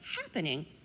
happening